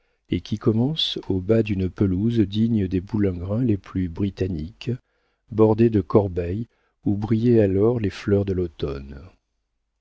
et qui commence au bas d'une pelouse digne des boulingrins les plus britanniques bordée de corbeilles où brillaient alors les fleurs de l'automne